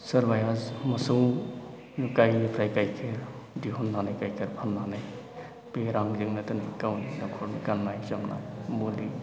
सोरबाया मोसौ गायनिफ्राय गाइखेर दिहुननानै गाइखेर फाननानै बे रांजोंनो दिनै गावनि न'खरनि गाननाय जोमनाय मुलि